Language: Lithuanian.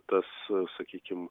tas sakykim